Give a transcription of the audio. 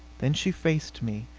then she faced me,